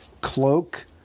cloak